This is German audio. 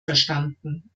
verstanden